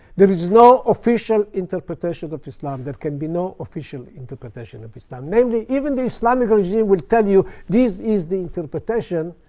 there is no official interpretation of islam. there can be no official interpretation of islam. namely, even the islamic regime will tell you, this is the interpretation.